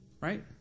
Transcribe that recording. Right